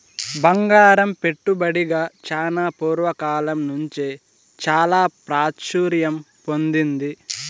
బంగారం పెట్టుబడిగా చానా పూర్వ కాలం నుంచే చాలా ప్రాచుర్యం పొందింది